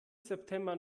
september